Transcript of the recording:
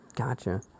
Gotcha